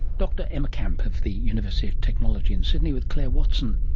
dr emma camp of the university of technology in sydney, with clare watson.